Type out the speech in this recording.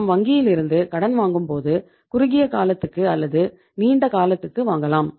நாம் வங்கியில் இருந்து கடன் வாங்கும்போது குறுகிய காலத்துக்கு அல்லது நீண்ட காலத்திற்கு வாங்கலாம்